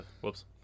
Whoops